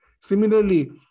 Similarly